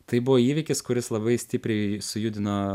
tai buvo įvykis kuris labai stipriai sujudino